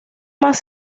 más